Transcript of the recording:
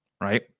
right